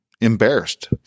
embarrassed